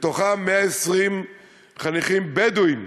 בתוכם 120 חניכים בדואים,